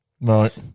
Right